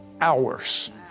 hours